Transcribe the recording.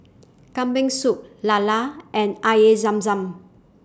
Kambing Soup Lala and Air Zam Zam